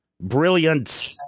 Brilliant